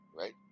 right